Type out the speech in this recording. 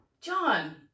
john